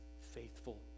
faithful